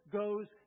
goes